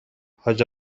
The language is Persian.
حاج